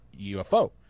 UFO